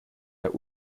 der